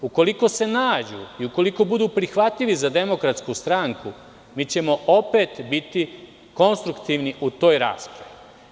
Ukoliko se nađu i ukoliko budu prihvatljivi za DS mi ćemo opet biti konstruktivni u toj raspravi.